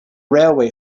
railway